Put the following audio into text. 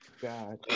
God